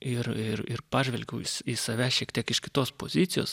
ir ir ir pažvelgiau į save šiek tiek iš kitos pozicijos